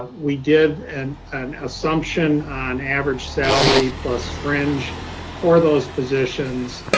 we did and an assumption on average salary plus fringe for those positions,